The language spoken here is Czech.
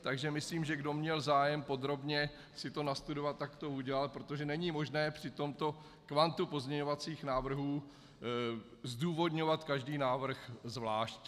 Takže myslím, že kdo měl zájem si to podrobně nastudovat, tak to udělal, protože není možné při tomto kvantu pozměňovacích návrhů zdůvodňovat každý návrh zvlášť.